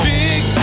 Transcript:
big